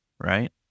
right